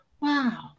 Wow